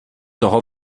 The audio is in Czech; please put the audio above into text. toho